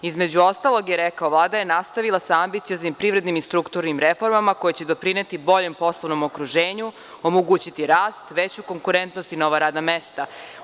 Između ostalog je rekao – Vlada je nastavila sa ambicioznim, privrednim i strukturnim reformama koje će doprineti boljem poslovnom okruženju, omogućiti rast, veću konkurentnost i nova radna mesta.